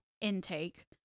intake